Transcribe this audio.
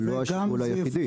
זה לא השיקול היחידי.